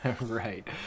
Right